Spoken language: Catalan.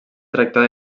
tractar